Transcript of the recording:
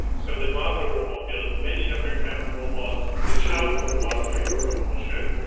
so the mother robot builds many different kinds of robots, the child robots doing and locomotion,